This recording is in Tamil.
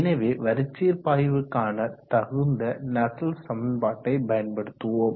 எனவே வரிச்சீர் பாய்விற்கான தகுந்த நஸ்சல்ட்ஸ் சமன்பாட்டை பயன்படுத்துவோம்